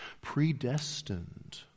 predestined